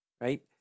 right